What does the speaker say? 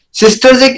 sisters